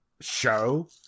show